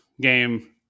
game